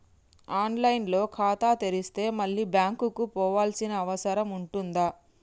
On line లో ఖాతా తెరిస్తే మళ్ళీ బ్యాంకుకు పోవాల్సిన అవసరం ఉంటుందా?